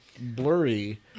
blurry